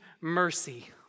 mercy